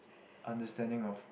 understanding of